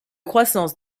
croissance